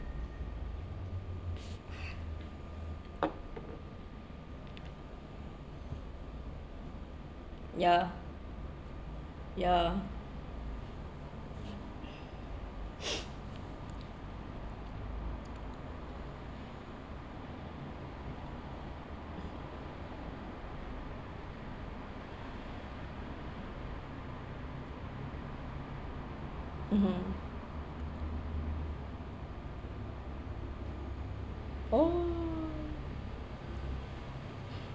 ya ya mmhmm oo